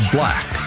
Black